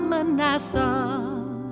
Manasseh